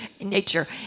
nature